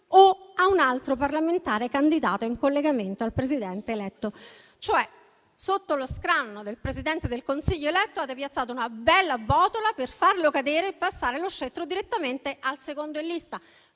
o a un altro parlamentare candidato in collegamento al Presidente eletto. Cioè sotto lo scranno del Presidente del Consiglio eletto avete piazzato una bella botola per farlo cadere e passare lo scettro direttamente al secondo in lista.